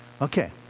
Okay